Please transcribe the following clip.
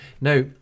now